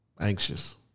Anxious